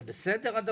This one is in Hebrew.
זה בסדר?